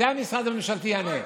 זה, המשרד הממשלתי יענה.